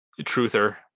truther